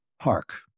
Hark